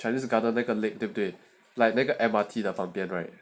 chinese garden 那个对对对 like 那个 M_R_T 的旁边 right